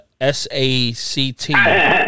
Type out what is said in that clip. S-A-C-T